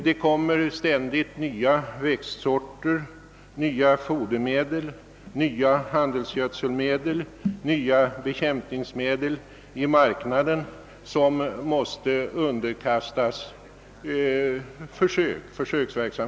Det kommer ständigt nya växtsorter, nya fodermedel, nya handelsgödningsmedel och nya bekämpningsmedel i marknaden, vilka måste underkastas prövning.